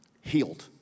healed